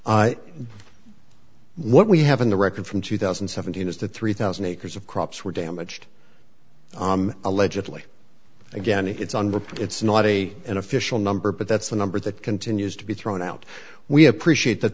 honor what we have in the record from two thousand and seven is that three thousand acres of crops were damaged allegedly again it's on but it's not a an official number but that's a number that continues to be thrown out we appreciate that